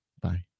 Bye